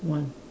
one